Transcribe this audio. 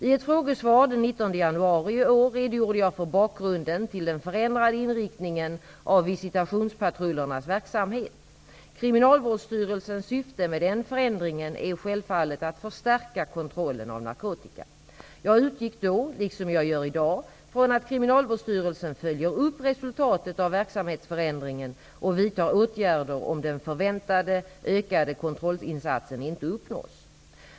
I ett frågesvar den 19 januari i år redogjorde jag för bakgrunden till den förändrade inriktningen av visitationspatrullernas verksamhet. Kriminalvårdsstyrelsens syfte med den förändringen är självfallet att förstärka kontrollen av narkotika. Jag utgick då liksom jag gör i dag från att Kriminalvårdsstyrelsen följer upp resultatet av verksamhetsförändringen och vidtar åtgärder om den förväntade ökade kontrollinsatsen inte uppnås.